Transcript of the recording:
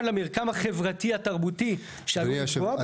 למרקם החברתי התרבותי שעלול לפגוע בו.